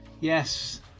Yes